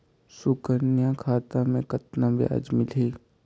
सुकन्या खाता मे कतना ब्याज मिलही?